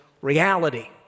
reality